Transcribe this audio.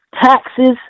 Taxes